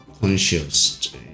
conscious